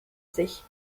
sich